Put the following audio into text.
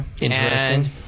Interesting